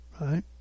right